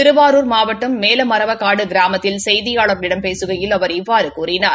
திருவாரூர் மாவட்டம் மேலமரவக்காடு கிராமாத்தில் செய்தியாளர்களிடம் பேசுகையில் அவர் இவ்வாறு கூறினார்